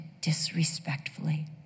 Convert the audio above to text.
disrespectfully